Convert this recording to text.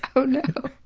oh no!